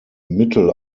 mittel